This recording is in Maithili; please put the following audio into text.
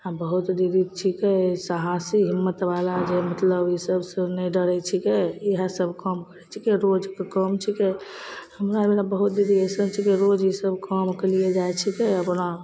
आओर बहुत दीदी छिकै साहसी हिम्मतवला जे मतलब ई सबसे नहि डरै छिकै इएहसब काम करै छिकै रोजके काम छिकै हमरावला दीदी बहुत अइसन छिकै रोज ईसब कामके लिए जाइ छिकै अपना